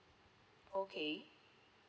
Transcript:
okay